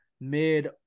mid